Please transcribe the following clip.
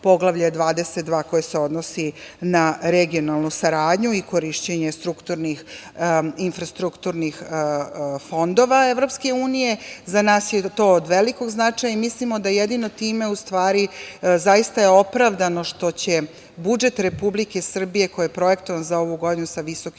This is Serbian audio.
22 koje se odnosi na regionalnu saradnju i korišćenje infrastrukturnih fondova EU. Za nas je to od velikog značaja i mislimo da jedino time u stvari zaista je opravdano što će budžet Republike Srbije koji je projektovan za ovu godinu sa visokim